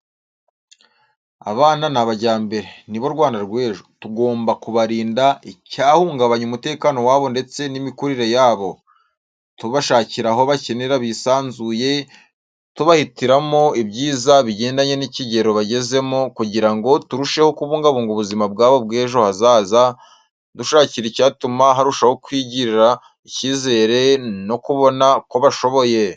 Abana ni abajyambere nibo Rwanda rw'ejo. Tugomba kubarinda icyahungabanya umutekano wabo ndetse n'imikurire yabo, tubashakira aho bakinira bisanzuye tubahitiramo ibyiza bigendanye n'ikigero bagezemo kugira ngo turusheho kubungabunga ubuzima bwabo bw'ejo hazaza, dushakisha icyatuma barushaho kwigirira icyizere no kubona ko bashoboye.